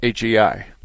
HEI